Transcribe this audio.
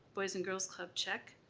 boys and girls club check.